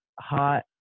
hot